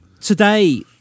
today